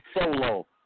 solo